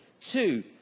Two